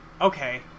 Okay